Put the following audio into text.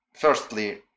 firstly